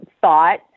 thought